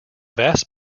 vast